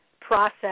process